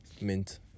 Mint